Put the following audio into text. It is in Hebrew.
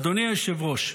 אדוני היושב-ראש,